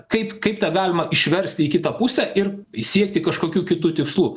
kaip kaip tą galima išversti į kitą pusę ir siekti kažkokių kitų tikslų